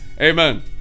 amen